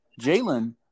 Jalen